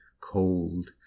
cold